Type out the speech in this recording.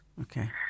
Okay